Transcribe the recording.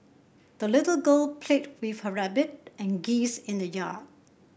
the little girl played with her rabbit and geese in the yard